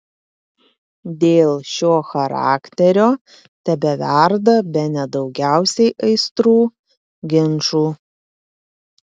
dėl šio charakterio tebeverda bene daugiausiai aistrų ginčų